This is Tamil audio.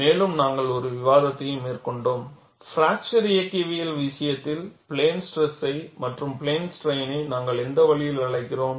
மேலும் நாங்கள் ஒரு விவாதத்தையும் மேற்கொண்டோம் பிராக்சர் இயக்கவியல் விஷயத்தில் பிளேன் ஸ்ட்ரெஸை மற்றும் பிளேன் ஸ்ட்ரெயினை நாங்கள் எந்த வழியில் அழைக்கிறோம்